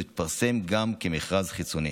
הוא יתפרסם גם כמכרז חיצוני.